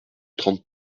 trente